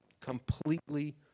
Completely